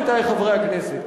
עמיתי חברי הכנסת,